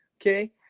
Okay